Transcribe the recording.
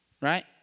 right